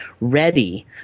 ready